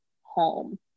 home